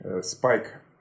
spike